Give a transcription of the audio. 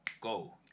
go